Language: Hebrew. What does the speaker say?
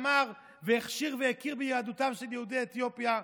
ואמר והכשיר והכיר ביהדותם של יהודי אתיופיה,